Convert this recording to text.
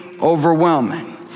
overwhelming